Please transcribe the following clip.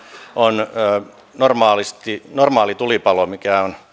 on normaali tulipalo mikä on